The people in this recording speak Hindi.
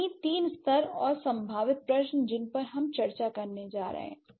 इसलिए तीन स्तर और संभावित प्रश्न जिन पर हम चर्चा करने जा रहे हैं